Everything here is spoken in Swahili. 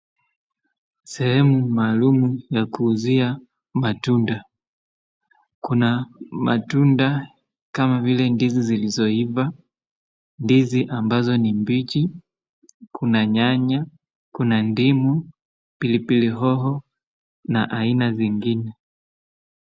Sehemu maalumu ya kuuzia matunda, kuna matunda kama vile ndizi zilizoiva, ndizi ambazo ni mbichi, kuna nyanya, kuna ndimu, pilipili hoho na aina zingine.